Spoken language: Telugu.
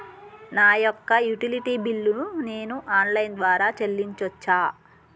నా యొక్క యుటిలిటీ బిల్లు ను నేను ఆన్ లైన్ ద్వారా చెల్లించొచ్చా?